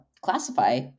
classify